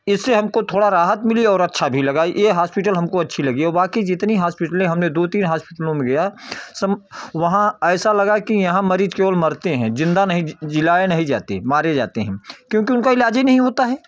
इससे हमको थोड़ी राहत मिली और अच्छा भी लगा यह हॉस्पिटल हमको अच्छी लगी हो बाकी जितनी हॉस्पिटले हमने दो तीन हॉस्पिटलो में गया सब वहाँ ऐसा लगा कि यहाँ मरीज़ केवल मरते हैं ज़िंदा नहीं जलाए नहीं जाते मारे जाते हैं क्योंकि उनका इलाज ही नहीं होता है